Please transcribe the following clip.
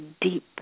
deep